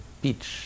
beach